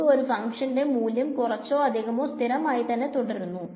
നമുക്ക് ഈ ഒരു ഫഗ്ഷന്റെ മൂല്യം കുറച്ചോ അധികമൊ സ്ഥിരമായി തന്നെ തുടരുന്നു